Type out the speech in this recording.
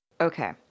Okay